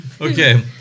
okay